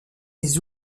des